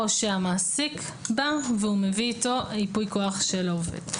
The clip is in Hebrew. שהמעסיק בא והוא מביא איתו ייפוי כוח של העובד.